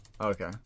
Okay